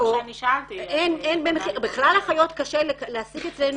-- זה מה שאני שאלתי -- בכלל אחיות קשה להשיג אצלנו